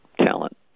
talent